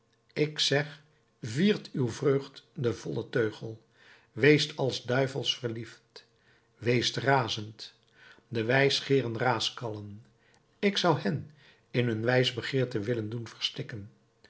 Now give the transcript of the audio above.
ik zeg viert uw vreugd den vollen teugel weest als duivels verliefd weest razend de wijsgeeren raaskallen ik zou hen in hun wijsbegeerte willen doen verstikken